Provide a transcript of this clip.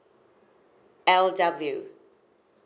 L W